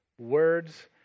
words